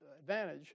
advantage